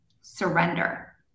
surrender